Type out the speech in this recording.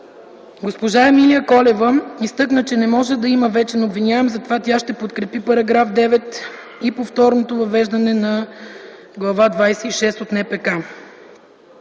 Госпожа Колева изтъкна, че не може да има вечен обвиняем, затова тя ще подкрепи § 9 и повторното въвеждане на Глава 26 от НПК.